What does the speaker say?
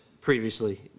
previously